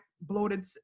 bloated